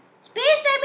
space-time